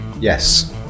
yes